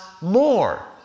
more